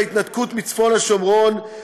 בהתנתקות מצפון השומרון,